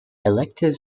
elective